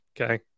Okay